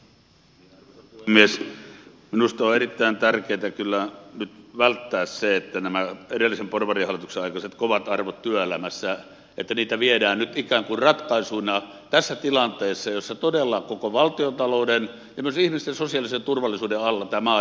minusta on erittäin tärkeätä kyllä nyt välttää se että näitä edellisen hallituksen porvarihallituksen aikaisia kovia arvoja työelämässä viedään ikään kuin ratkaisuina tässä tilanteessa jossa todella koko valtiontalouden ja myös ihmisten sosiaalisen turvallisuuden alla tämä maa järisee vakavasti